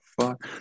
fuck